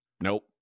nope